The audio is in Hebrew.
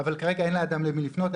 אבל כרגע אין לאדם למי לפנות,